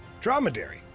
dromedary